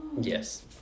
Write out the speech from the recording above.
Yes